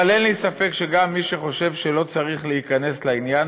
אבל אין לי ספק שגם מי שחושב שלא צריך להיכנס לעניין